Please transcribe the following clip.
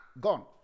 Gone